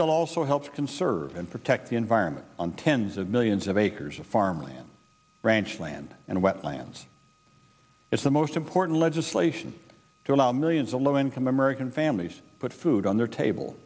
bill also helps conserve and protect the environment on tens of millions of acres of farmland ranch land and wetlands it's the most important legislation to allow millions a low income american families put food on their table